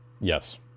Yes